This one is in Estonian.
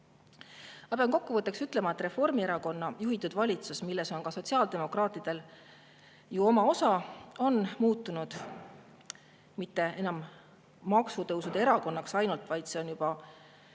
Ma pean kokkuvõtteks ütlema, et Reformierakonna juhitud valitsus, milles on ka sotsiaaldemokraatidel ju oma osa, ei ole enam mitte ainult maksutõusude erakond, vaid see on